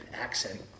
accent